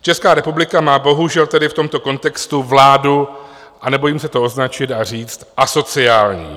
Česká republika má bohužel tedy v tomto kontextu vládu a nebojím se to označit a říct asociální.